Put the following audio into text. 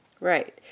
Right